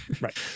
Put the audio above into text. right